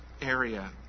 area